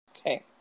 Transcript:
Okay